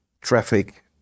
traffic